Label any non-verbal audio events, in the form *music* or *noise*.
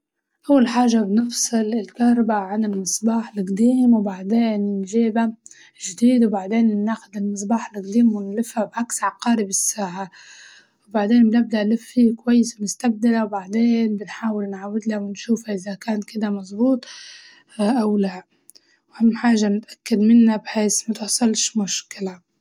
أول حاجة بنفصل الكهربا عن المصباح القديم وبعدين نجيبه الجديد وبعدين ناخد المصباح القديم ونلفه بعكس عقارب الساعة، وبعدين بنبدأ نلف فيه كويس ونستبدله وبعدين بنحاول نعاودله ونشوفع إزا كان كدة مزبوط *hesitation* أو لا، وأهم حاجة نتأكد منه بحيس ما تحصلش مشكلة.